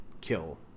kill